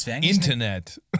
Internet